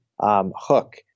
hook